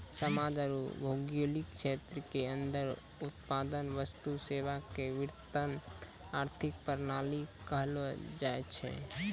समाज आरू भौगोलिक क्षेत्र के अन्दर उत्पादन वस्तु सेवा के वितरण आर्थिक प्रणाली कहलो जायछै